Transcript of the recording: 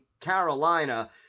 Carolina